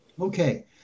Okay